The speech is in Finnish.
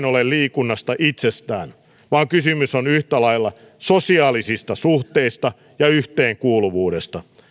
ole vain liikunnasta itsestään vaan kysymys on yhtä lailla sosiaalisista suhteista ja yhteenkuuluvuudesta